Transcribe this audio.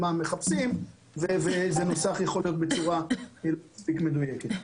מנוסח בצורה מספיק מדויקת.